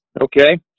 Okay